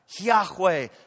Yahweh